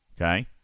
okay